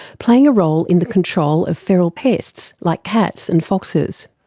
playing a role in the control of feral pests like cats and foxes.